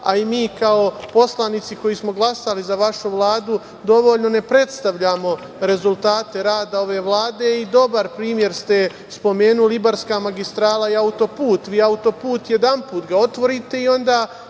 a i mi kao poslanici koji smo glasali za vašu Vladu dovoljno ne predstavljamo rezultate rada ove Vlade. Dobar primer ste spomenuli - Ibarska magistrala i auto-put. Auto-put jedanput otvorite i onda